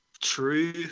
true